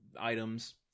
items